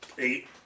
Eight